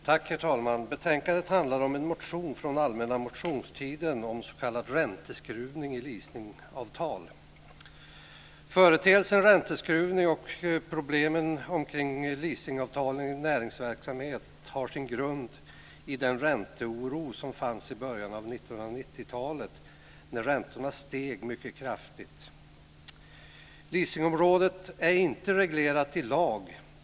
Herr talman! Betänkandet handlar om en motion från allmänna motionstiden om s.k. ränteskruvning i leasingavtal. Företeelsen ränteskruvning och problemen omkring leasingavtal i näringsverksamhet har sin grund i den ränteoro som fanns i början av 1990-talet när räntorna steg mycket kraftigt. Leasingområdet är inte reglerat i lag.